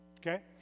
Okay